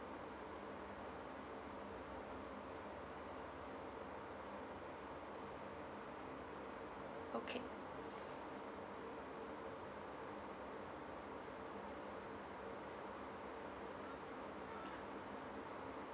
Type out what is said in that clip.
okay